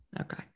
okay